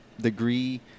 degree